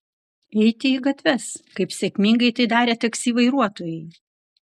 eiti į gatves kaip sėkmingai tai darė taksi vairuotojai